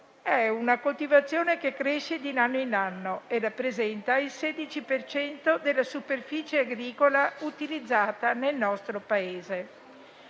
È una coltivazione che cresce di anno in anno e rappresenta il 16 per cento della superficie agricola utilizzata nel nostro Paese.